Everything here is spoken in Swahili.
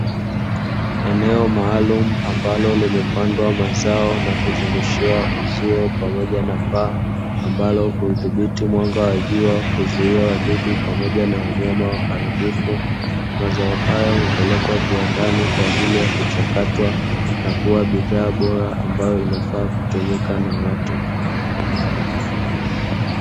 Eneo maalumu ambalo limepandwa mazao na kuzungushiwa uzio pamoja na paa, ambalo huudhibiti mwanga wa jua, kuzuia wadudu pamoja na wanyama waharibifu. Mazao hayo hupelekwa viwandani kwa ajili ya kuchakatwa, na kuwa bidhaa bora ambayo inafaa kutumika na watu.